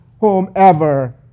whomever